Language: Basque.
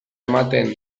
ematen